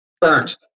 Burnt